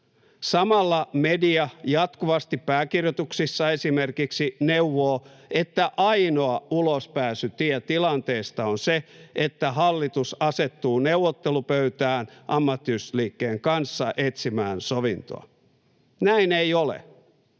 Samalla media jatkuvasti esimerkiksi pääkirjoituksissa neuvoo, että ainoa ulospääsytie tilanteesta on se, että hallitus asettuu neuvottelupöytään ammattiyhdistysliikkeen kanssa etsimään sovintoa. Näin ei ole.